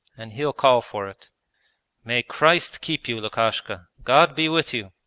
and he'll call for it may christ keep you, lukashka. god be with you!